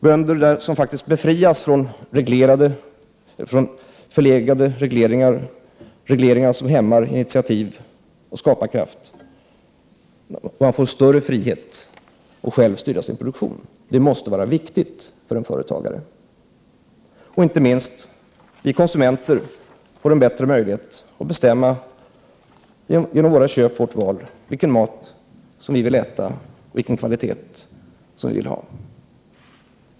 Bönderna befrias från förlegade regleringar som hämmar initiativ och skaparkraft, och de får större frihet att själva styra sin produktion. Det måste vara viktigt för en företagare. Vi konsumenter får en bättre möjlighet att genom vårt val av inköp bestämma vilken mat vi vill äta och vilken kvalitet vi vill ha.